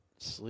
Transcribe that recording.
Sleep